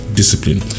discipline